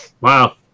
Wow